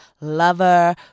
lover